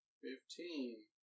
Fifteen